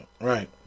Right